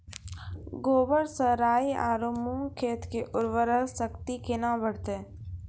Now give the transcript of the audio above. गोबर से राई आरु मूंग खेत के उर्वरा शक्ति केना बढते?